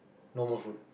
no more food